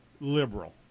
liberal